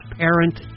parent